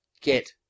get